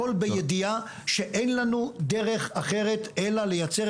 הכול בידיעה שאין לנו דרך אחרת אלא לייצר